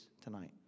tonight